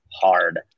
hard